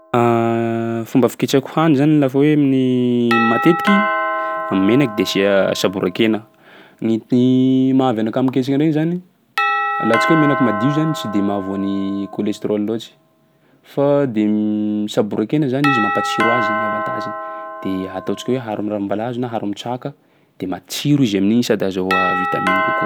Fomba fiketrehako hany zany lafa hoe amin'ny matetiky am'menaky de asià saboran-kena. Ny ny mahavy anakah miketriky regny zany, alantsika hoe menaky madio zany tsy de mahavoa ny cholestérol loatsy, fa de saboran-kena zany izy mampatsiro azy igny avantageny. De ataontsika hoe araho am'ranom-balahazo na aharo am'traka de matsiro izy amin'igny sady azahoà vitamine kokoa.